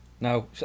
No